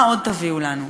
מה עוד תביאו לנו?